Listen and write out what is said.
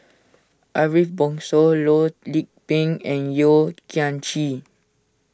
Ariff Bongso Loh Lik Peng and Yeo Kian Chye